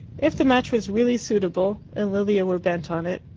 if the match was really suitable, and lilia were bent on it,